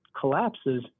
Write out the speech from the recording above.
collapses